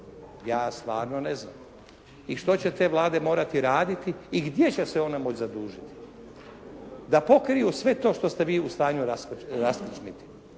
Ja stvarno ne znam, i što će te vlade morati raditi i gdje će se one moći zadužiti da pokriju sve to što ste vi u stanju …/Govornik